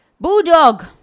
Bulldog